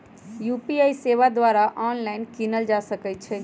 UPI सेवा द्वारा online कीनल जा सकइ छइ